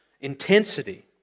intensity